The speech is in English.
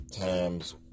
times